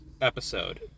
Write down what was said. episode